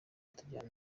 tujyana